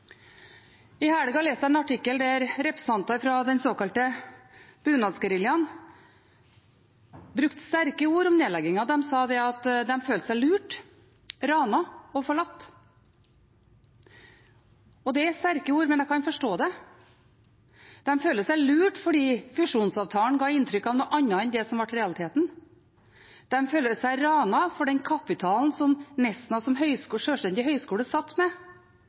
I helga leste jeg en artikkel der representanter fra den såkalte bunadsgeriljaen brukte sterke ord om nedleggingen. De sa at de følte seg lurt, ranet og forlatt. Det er sterke ord, men jeg kan forstå det. De føler seg lurt fordi fusjonsavtalen ga inntrykk av noe annet enn det som ble realiteten, de føler seg ranet for den kapitalen som Nesna som sjølstendig høyskole satt med,